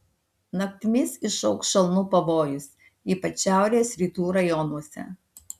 naktimis išaugs šalnų pavojus ypač šiaurės rytų rajonuose